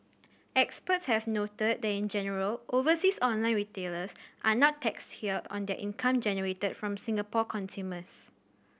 experts have noted that in general overseas online retailers are not taxed here on their income generated from Singapore consumers